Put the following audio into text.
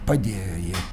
padėjo jį